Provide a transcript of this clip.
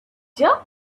jerk